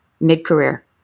mid-career